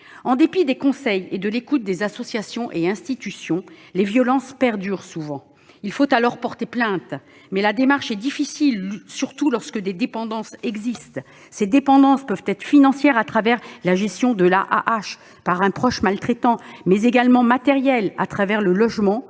En dépit des conseils et de l'écoute des associations et institutions, les violences perdurent souvent. Il faut alors porter plainte. Mais la démarche est difficile, surtout lorsque des dépendances existent. Ces dépendances peuvent être financières, à travers la gestion de l'AAH par un proche maltraitant, mais également matérielles, au travers du logement